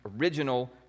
original